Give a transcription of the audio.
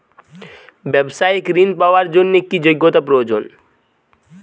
ব্যবসায়িক ঋণ পাওয়ার জন্যে কি যোগ্যতা প্রয়োজন?